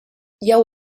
jeu